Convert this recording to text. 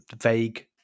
vague